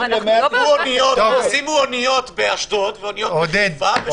שימו אניות באשדוד ואניות בחיפה.